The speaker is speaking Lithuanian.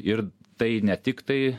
ir tai ne tiktai